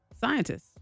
scientists